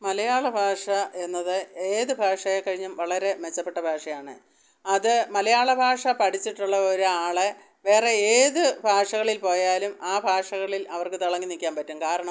മലയാളഭാഷ എന്നത് ഏതു ഭാഷയെ കഴിഞ്ഞും വളരെ മെച്ചപ്പെട്ട ഭാഷയാണ് അത് മലയാള ഭാഷ പഠിച്ചിട്ടുള്ള ഒരാളെ വേറെ ഏതു ഭാഷകളിൽ പോയാലും ആ ഭാഷകളിൽ അവർക്ക് തിളങ്ങി നിൽക്കാൻ പറ്റും കാരണം